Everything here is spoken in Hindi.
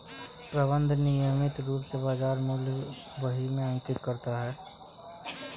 प्रबंधक नियमित रूप से बाज़ार मूल्य को बही में अंकित करता है